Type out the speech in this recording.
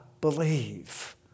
believe